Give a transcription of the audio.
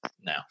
No